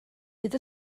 fydd